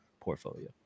portfolio